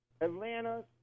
Atlanta